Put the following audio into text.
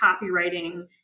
copywriting